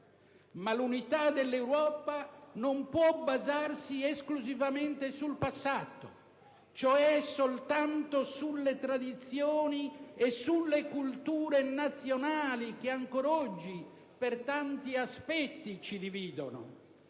Ma l'unità dell'Europa non può basarsi esclusivamente sul passato, cioè soltanto sulle tradizioni e sulle culture nazionali che ancor oggi per tanti aspetti ci dividono.